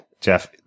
Jeff